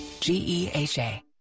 G-E-H-A